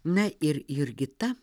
na ir jurgita